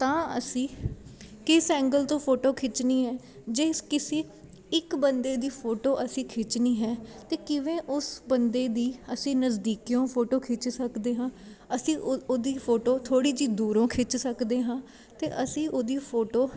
ਤਾਂ ਅਸੀਂ ਕਿਸ ਐਂਗਲ ਤੋਂ ਫੋਟੋ ਖਿੱਚਣੀ ਹੈ ਜੇ ਕਿਸੇ ਇੱਕ ਬੰਦੇ ਦੀ ਫੋਟੋ ਅਸੀਂ ਖਿੱਚਣੀ ਹੈ ਅਤੇ ਕਿਵੇਂ ਉਸ ਬੰਦੇ ਦੀ ਅਸੀਂ ਨਜ਼ਦੀਕਿਓਂ ਫੋਟੋ ਖਿੱਚ ਸਕਦੇ ਹਾਂ ਅਸੀਂ ਉਹ ਉਹਦੀ ਫੋਟੋ ਥੋੜ੍ਹੀ ਜਿਹੀ ਦੂਰੋਂ ਖਿੱਚ ਸਕਦੇ ਹਾਂ ਅਤੇ ਅਸੀਂ ਉਹਦੀ ਫੋਟੋ